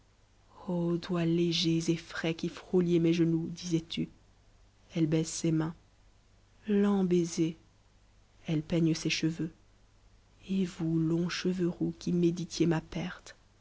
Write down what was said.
doigts légers et frais qui frétiez mes genoux disais-tu elle baisse ses mains le baiser elle peigne ses cheveux et vous longs cheveux roux qui méditiez ma perte